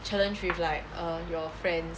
challenge with like err your friends